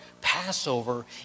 Passover